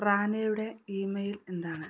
റാനെയുടെ email എന്താണ്